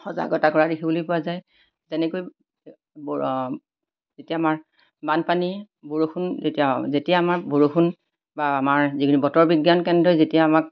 সজাগতা কৰা দেখিবলৈ পোৱা যায় তেনেকৈ যেতিয়া আমাৰ বানপানী বৰষুণ যেতিয়া যেতিয়া আমাৰ বৰষুণ বা আমাৰ যিখিনি বতৰ বিজ্ঞান কেন্দ্ৰই যেতিয়া আমাক